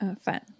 Fun